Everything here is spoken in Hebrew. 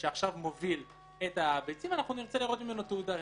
שעכשיו מוביל את הביצים נרצה לראות ממנו תעודה.